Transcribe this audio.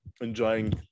Enjoying